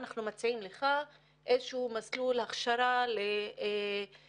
אנחנו מציעים לך איזשהו מסלול הכשרה לפתח